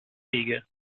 wege